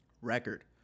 record